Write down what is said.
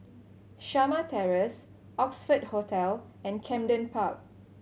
Shamah Terrace Oxford Hotel and Camden Park